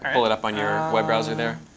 um pull it up on your web browser there.